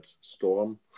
storm